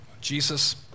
Jesus